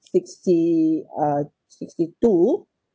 sixty or sixty two